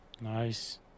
Nice